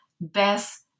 best